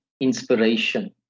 inspiration